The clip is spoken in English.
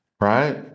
right